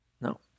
No